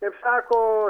kaip sako